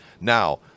Now